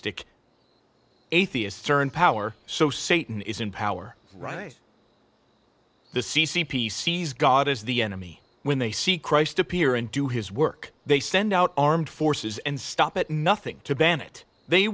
c atheists are in power so satan is in power right the c c p sees god as the enemy when they see christ appear and do his work they send out armed forces and stop at nothing to ban it they